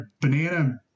banana